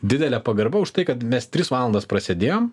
didelė pagarba už tai kad mes tris valandas prasėdėjom